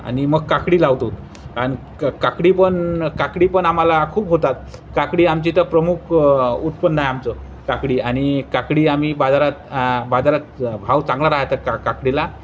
आणि मग काकडी लावतो आणि काकडी पण काकडी पण आम्हाला खूप होतात काकडी आमची इथं प्रमुख उत्पन्न आहे आमचं काकडी आणि काकडी आम्ही बाजारात बाजारात भाव चांगला राहतात का काकडीला